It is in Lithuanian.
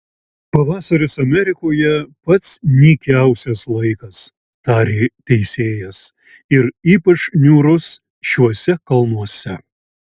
pavasaris amerikoje pats nykiausias laikas tarė teisėjas ir ypač niūrus šiuose kalnuose